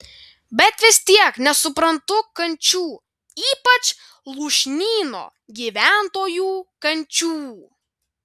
bet vis tiek nesuprantu kančių ypač lūšnyno gyventojų kančių